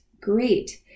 great